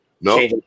No